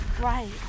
Right